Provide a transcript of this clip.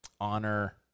honor